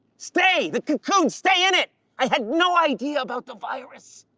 stay, the cocoon, stay in it. i had no idea about the virus.